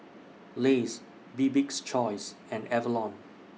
Lays Bibik's Choice and Avalon